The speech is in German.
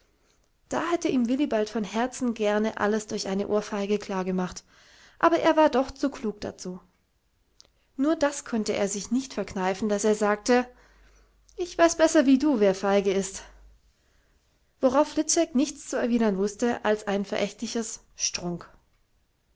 da hätte ihm willibald von herzen gerne alles durch eine ohrfeige klargemacht aber er war doch zu klug dazu nur das konnte er sich nicht verkneifen daß er sagte ich weiß besser wie du wer feige ist worauf fliczek nichts zu erwidern wußte als ein verächtliches strunk